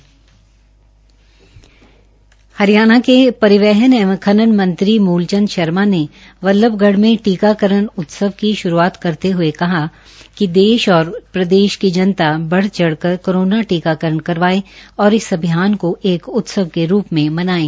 ग्रूग्राम के परिवहन एवं खननन मंत्री मूल चंद शर्मा ने बल्लभगढ़ में टीकाकरण उत्सव की श्रूआत करते हये कहा कि देश और प्रदेश की जनता बढ़चढ़कर कोरोना टीकाकरण करवायें और इस अभियान को एक उत्सव के रूप में मनायें